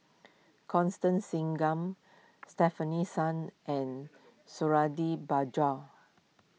Constance Singam Stefanie Sun and Suradi Parjo